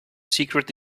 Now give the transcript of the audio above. secret